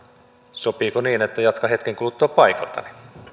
sopiiko niin että jatkan hetken kuluttua paikaltani